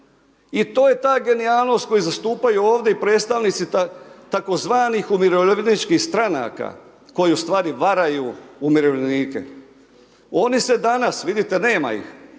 I to je ta genijalnost koju zastupaju ovdje i predstavnici tzv. umirovljeničkih stranaka koje ustvari varaju umirovljenike. Oni se danas vidite nema ih,